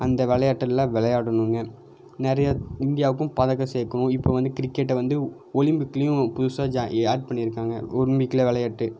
அந்த விளையாட்டெல்லாம் விளையாடணுங்க நிறையா இந்தியாவுக்கும் பதக்கம் சேர்க்கணும் இப்போ வந்து கிரிக்கெட்டை வந்து ஒலிம்பிக்கிலேயும் புதுசாக ஜா ஏ ஆட் பண்ணிருக்காங்க ஒலிம்பிக்கில் விளையாட்டு